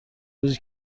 روزی